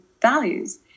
values